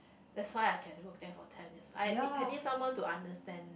that's why I can work there for ten years I need I need someone to understand